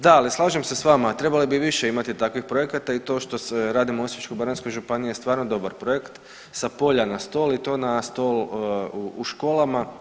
Da, ali slažem se sa vama trebali bi više imati takvih projekata i to što se radi u Osječko-baranjskoj županiji je stvarno dobar projekt „Sa polja na stol“ i to na stol u školama.